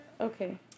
Okay